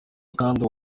kandi